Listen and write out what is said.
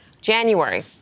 January